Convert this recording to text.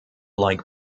like